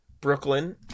Brooklyn